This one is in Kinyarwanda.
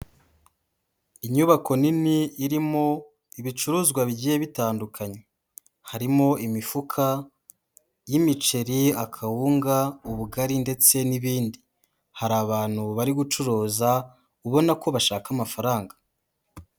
Inyubako nini irimo ibicuruzwa bigiye bitandukanye. Harimo imifuka y'imiceri, akawunga, ubugari ndetse n'ibindi. Hari abantu bari gucuruza ubona ko bashaka amafaranga.